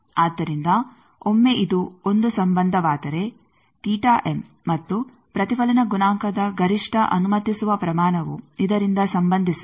ಆದ್ದರಿಂದ ಒಮ್ಮೆ ಇದು ಒಂದು ಸಂಬಂಧವಾದರೆ ಮತ್ತು ಪ್ರತಿಫಲನ ಗುಣಾಂಕದ ಗರಿಷ್ಠ ಅನುಮತಿಸುವ ಪ್ರಮಾಣವು ಇದರಿಂದ ಸಂಬಂಧಿಸಿವೆ